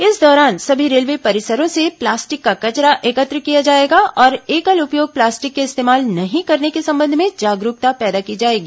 इस दौरान सभी रेलवे परिसरों से प्लास्टिक का कचरा एकत्र किया जायेगा और एकल उपयोग प्लास्टिक के इस्तेमाल नहीं करने के संबंध में जागरूकता पैदा की जायेगी